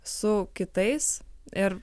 su kitais ir